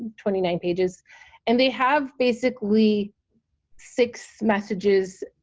twenty nine pages and they have basically six messages